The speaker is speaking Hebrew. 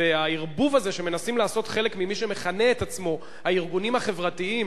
הערבוב הזה שמנסים לעשות חלק ממי שמכנים את עצמם הארגונים החברתיים